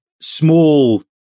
small